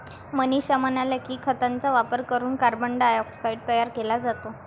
मनीषा म्हणाल्या की, खतांचा वापर करून कार्बन डायऑक्साईड तयार केला जातो